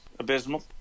abysmal